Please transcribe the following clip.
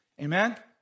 Amen